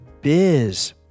biz